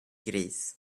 gris